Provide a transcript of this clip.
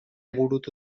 burutu